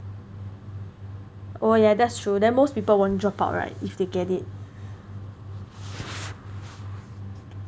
oh yeah that's true then most people won't drop out right if they get it